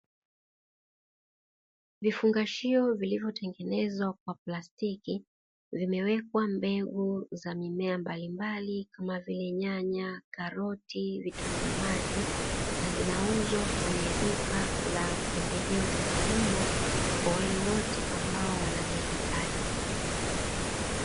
Vifungashio vilivyotengenezwa kwa plastiki vimewekwa mbegu za mimea mbalimbali kama vile nyanya, karoti, vitunguu maji na zinauzwa kwenye duka la pembejeo za kilimo kwa wale wote ambao wanazihitaji.